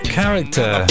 character